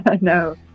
No